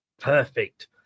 perfect